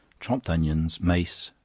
chopped onions, mace,